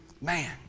Man